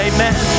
Amen